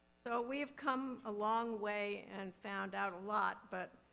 so, we've come a long way and found out a lot, but,